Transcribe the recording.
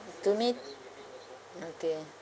to me okay